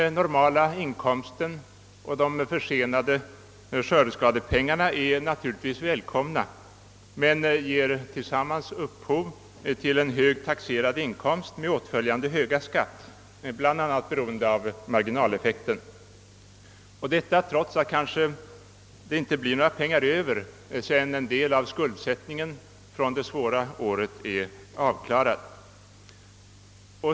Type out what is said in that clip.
Den normala inkomsten och de försenade skördeskadepengarna är naturligtvis välkomna, men ger tillsammans upphov till en hög taxerad inkomst med åtföljande hög skatt, bl.a. beroende på marginaleffekten, detta trots att det inte blir några pengar över sedan en del av skuldsättningen från det svåra året är avklarad.